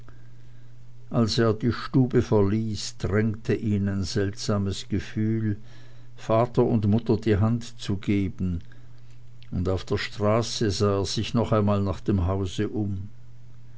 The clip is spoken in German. als er die stube verließ drängte ihn ein seltsames gefühl vater und mutter die hand zu geben und auf der straße sah er sich noch einmal nach dem hause um